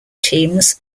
teams